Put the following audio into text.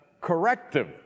corrective